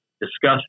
discuss